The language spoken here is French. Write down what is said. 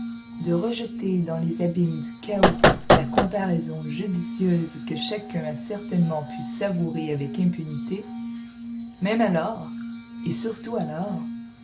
de rejeter dans les abîmes du chaos la comparaison judicieuse que chacun a certainement pu savourer avec impunité même alors et surtout alors